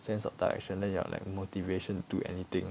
sense of direction then your like motivation to anything